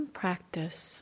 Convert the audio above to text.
practice